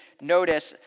notice